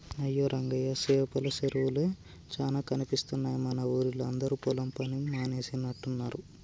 అయ్యో రంగయ్య సేపల సెరువులే చానా కనిపిస్తున్నాయి మన ఊరిలా అందరు పొలం పని మానేసినట్టున్నరు